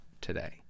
today